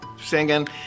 singing